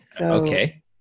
okay